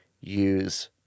use